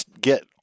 get